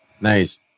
nice